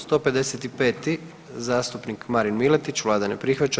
155. zastupnik Marin Miletić, Vlada ne prihvaća.